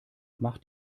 macht